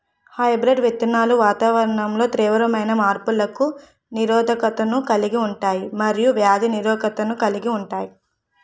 hybrid విత్తనాలు వాతావరణంలో తీవ్రమైన మార్పులకు నిరోధకతను కలిగి ఉంటాయి మరియు వ్యాధి నిరోధకతను కలిగి ఉంటాయి